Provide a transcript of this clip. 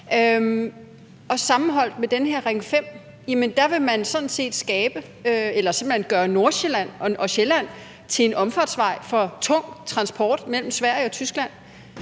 sammenholdt med den her Ring 5 vil man simpelt hen gøre Nordsjælland, hele Sjælland, til en omfartsvej for tung transport mellem Sverige og Tyskland.